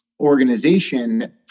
organization